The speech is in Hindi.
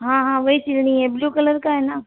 हाँ हाँ वही सिलानी है ब्लू कलर का है ना